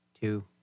two